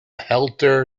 helter